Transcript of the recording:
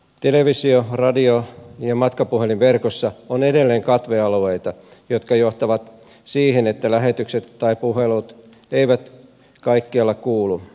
televisio radio ja matkapuhelinverkossa on edelleen katvealueita jotka johtavat siihen että lähetykset tai puhelut eivät kaikkialla kuulu